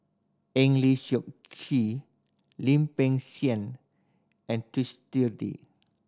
Eng Lee Seok Chee Lim Peng Siang and